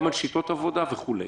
גם על שיטות עבודה וכולי.